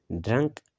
drunk